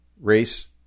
race